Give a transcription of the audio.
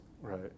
right